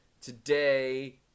today